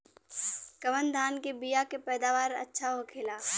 कवन धान के बीया के पैदावार अच्छा होखेला?